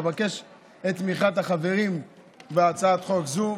אבקש את תמיכת החברים בהצעת חוק זו.